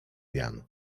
jan